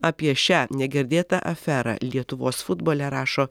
apie šią negirdėtą aferą lietuvos futbole rašo